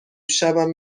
شبم